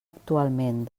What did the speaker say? actualment